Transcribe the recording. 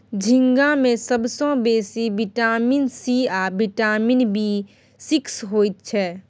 झींगा मे सबसँ बेसी बिटामिन सी आ बिटामिन बी सिक्स होइ छै